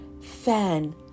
fan